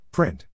Print